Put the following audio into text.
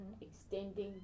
Extending